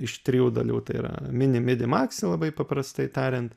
iš trijų dalių tai yra mini midi maksi labai paprastai tariant